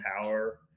power